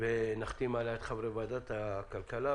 ונחתים עליה את חברי ועדת הכלכלה,